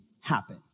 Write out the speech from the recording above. happen